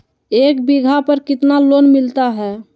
एक बीघा पर कितना लोन मिलता है?